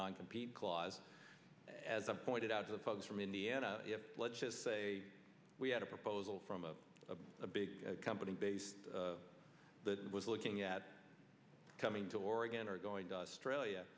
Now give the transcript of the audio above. non compete clause as i pointed out to the folks from indiana if let's just say we had a proposal from a big company base that was looking at coming to oregon or going to australia